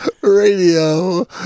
radio